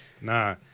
nah